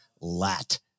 lat